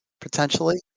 potentially